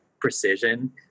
precision